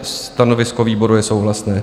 Stanovisko výboru je souhlasné.